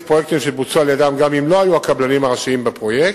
פרויקטים שבוצעו על-ידם גם אם לא היו הקבלנים הראשיים בפרויקט,